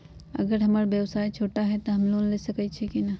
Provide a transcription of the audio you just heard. अगर हमर व्यवसाय छोटा है त हम लोन ले सकईछी की न?